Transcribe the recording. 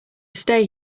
stay